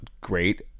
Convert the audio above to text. great